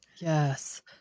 Yes